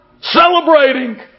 celebrating